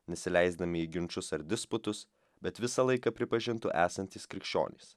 nesileisdami į ginčus ar disputus bet visą laiką pripažintų esantys krikščionys